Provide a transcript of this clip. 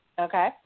okay